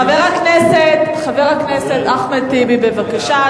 חבר הכנסת אחמד טיבי, בבקשה.